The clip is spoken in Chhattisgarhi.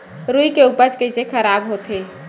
रुई के उपज कइसे खराब होथे?